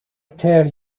tell